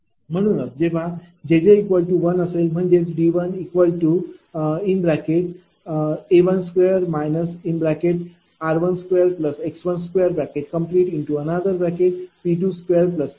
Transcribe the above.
म्हणूनच जेव्हा jj1 असेल म्हणजेच D1A21 r21x2P22Q2212असेल